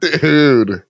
dude